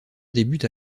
débute